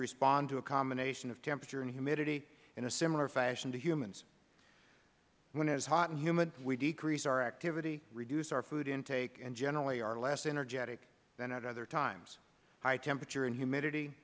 respond to a combination of temperature and humidity in a similar fashion than do humans when it is hot and humid we decrease our activity reduce our food intake and generally are less energetic than at other times high temperature and humidity